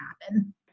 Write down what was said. happen